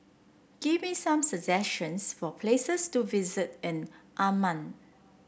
give me some suggestions for places to visit in Amman